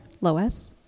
Lois